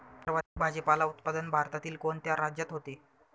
सर्वाधिक भाजीपाला उत्पादन भारतातील कोणत्या राज्यात होते?